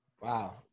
Wow